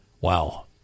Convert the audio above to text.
wow